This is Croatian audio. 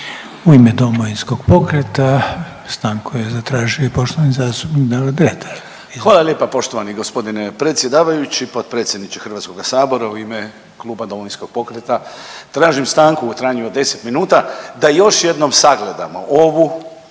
U ime Domovinskog pokreta stanku je zatražio i poštovani zastupnik Davor Dretar. **Dretar, Davor (DP)** Hvala lijepa poštovani gospodine predsjedavajući, potpredsjedniče Hrvatskoga sabora. U ime kluba Domovinskog pokreta tražim stanku u trajanju od 10 minuta da još jednom sagledamo ovu